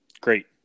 great